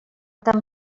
tan